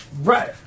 Right